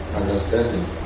understanding